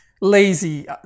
Lazy